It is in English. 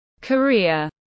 Korea